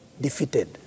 defeated